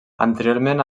anteriorment